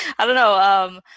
i don't know. um,